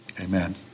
amen